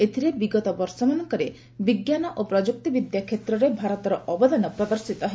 ଏଥିରେ ବିଗତ ବର୍ଷମାନଙ୍କରେ ବିଜ୍ଞାନ ଓ ପ୍ରଯୁକ୍ତିବିଦ୍ୟା କ୍ଷେତ୍ରରେ ଭାରତର ଅବଦାନ ପ୍ବଦର୍ଶିତ ହେବ